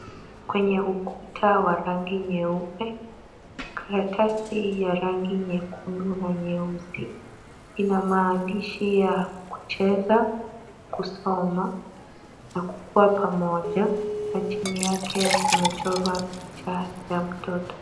Kwenye ukuta wa rangi nyeupe karatasi ya rangi nyekundu na nyeusi ina maandishi ya kucheza, kusoma na kukuwa pamoja na chini yake pamechorwa picha ya mtoto.